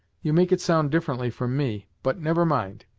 you make it sound differently from me. but, never mind,